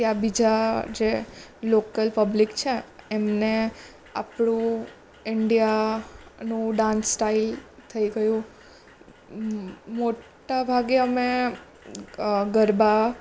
ત્યાં બીજા જે લોકલ પબ્લિક છે એમને આપણું ઈન્ડિયાનું ડાન્સ સ્ટાઇલ મોટાભાગના અમે ગરબા